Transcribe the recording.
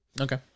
Okay